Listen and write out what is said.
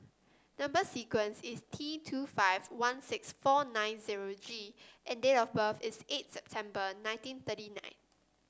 number sequence is T two five one six four nine zero G and date of birth is eighth September nineteen thirty nine